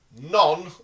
None